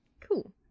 Cool